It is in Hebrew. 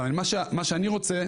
ואני מה שאני רוצה,